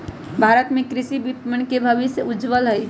भारत में कृषि विपणन के भविष्य उज्ज्वल हई